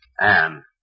Anne